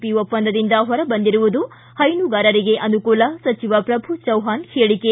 P ಒಪ್ಪಂದದಿಂದ ಹೊರಬಂದಿರುವುದು ಹೈನುಗಾರರಿಗೆ ಅನುಕೂಲ ಸಚಿವ ಶ್ರಭು ಚವ್ವಾಣ್ ಹೇಳಿಕೆ